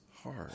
hard